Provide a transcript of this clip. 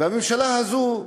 והממשלה הזאת,